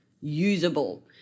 usable